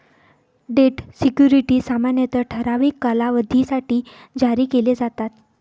date securities सामान्यतः ठराविक कालावधीसाठी जारी केले जातात